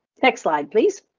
next slide, please.